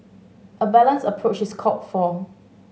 a balanced approach is called for